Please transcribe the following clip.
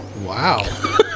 Wow